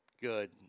Good